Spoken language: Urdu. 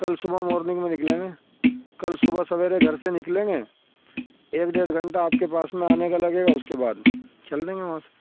کل صبح مورننگ میں نکلیں گے کل صبح سویرے گھر سے نکلیں گے ایک ڈیڑھ گھنٹہ آپ کے پاس میں آنے کا لگے گا اس کے بعد چل دیں گے وہاں سے